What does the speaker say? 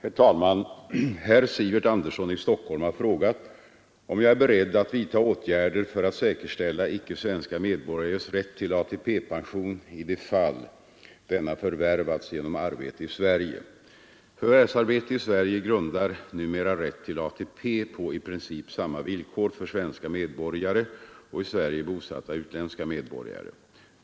Herr talman! Herr Sivert Andersson i Stockholm har frågat om jag är beredd att vidta åtgärder för att säkerställa icke svenska medborgares rätt till ATP-pension i de fall denna förvärvats genom arbete i Sverige. Förvärvsarbete i Sverige grundar numera rätt till ATP på i princip samma villkor för svenska medborgare och i Sverige bosatta utländska medborgare.